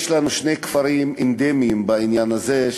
יש לנו שני כפרים אנדמיים בעניין הזה,